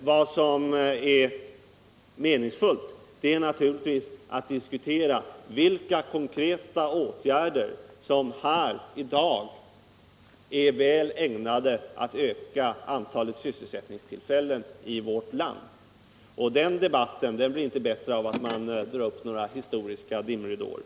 Vad som är meningsfullt är att diskutera vilka konkreta åtgärder som i dag är väl ägnade att öka antalet sysselsättningstillfällen i vårt land. Och den debatten blir inte bättre av att man drar upp historiska dimridåer.